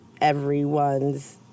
everyone's